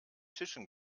tischen